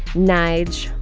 nyge,